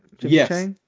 Yes